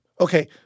okay